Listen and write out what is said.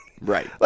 right